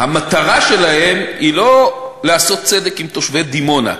המטרה שלהן היא לא לעשות צדק עם תושבי דימונה.